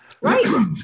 Right